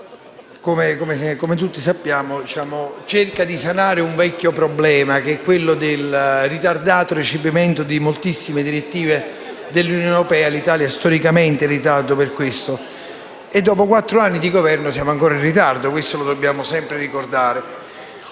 come tutti sappiamo - cerca di sanare un vecchio problema: il ritardato recepimento di moltissime direttive dell'Unione europea. L'Italia è storicamente in ritardo da questo punto di vista e, dopo quattro anni di Governo, siamo ancora in ritardo. E lo dobbiamo sempre ricordare.